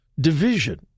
division